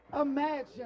imagine